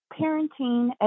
parenting